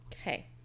Okay